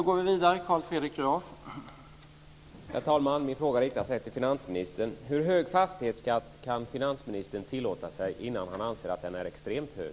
Herr talman! Min fråga riktar sig till finansministern. Hur hög fastighetsskatt kan finansministern tillåta innan han anser att den är extremt hög?